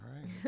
right